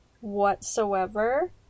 whatsoever